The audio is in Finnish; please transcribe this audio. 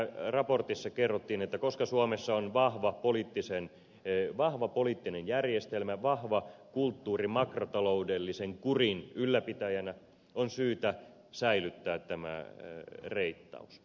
siinä raportissa kerrottiin että koska suomessa on vahva poliittinen järjestelmä vahva kulttuuri makrotaloudellisen kurin ylläpitäjänä on syytä säilyttää tämä reittaus